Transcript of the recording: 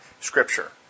Scripture